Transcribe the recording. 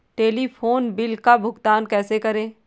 Telephone bill का भुगतान कैसे करें?